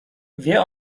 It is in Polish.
wie